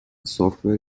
software